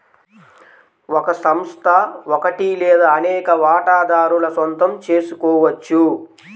ఒక సంస్థ ఒకటి లేదా అనేక వాటాదారుల సొంతం చేసుకోవచ్చు